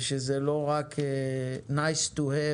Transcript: וזה לא רק nice to have